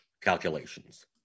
calculations